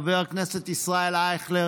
חבר הכנסת ישראל אייכלר,